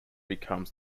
become